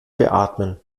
beatmen